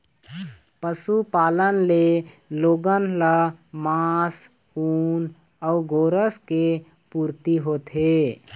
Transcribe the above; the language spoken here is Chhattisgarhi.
पशुपालन ले लोगन ल मांस, ऊन अउ गोरस के पूरती होथे